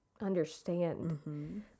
understand